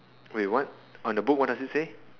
wait what on the book what does it say